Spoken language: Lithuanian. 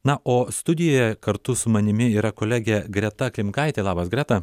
na o studijoje kartu su manimi yra kolegė greta klimkaitė labas greta